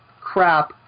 crap